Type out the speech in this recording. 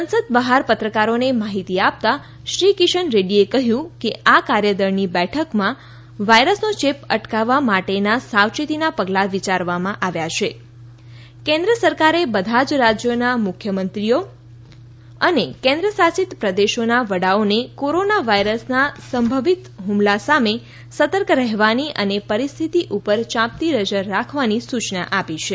સંસદ બહાર પત્રકારોને માહિતી આપતાં શ્રી કિશન રેડ્ડીએ કહ્યું કે આ કાર્યદળની બેઠકમાં વાયરસનો ચેપ અટકાવવા માટેનાં સાવચેતીનાં પગલાં વિચારવામાં આવ્યાં છ કેન્દ્ર સરકારે બધા જ રાજ્યોના મુખ્યમંત્રીઓ અને કેન્દ્ર શાસિત પ્રદેશોના વડાઓને કોરોના વાઇરસના સંભવિત હુમલા સામે સતર્ક રહેવાની અને પરિસ્થિત ઉપર યાંપતી નજર રાખવાની સૂચના આપી છે